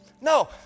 no